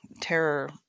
terror